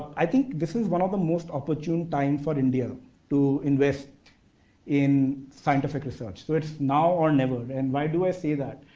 i think this is one of the most opportune time for india to invest in scientific research. so, it's now or never and why do i say that?